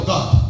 God